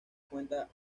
cuenta